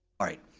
alright,